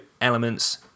elements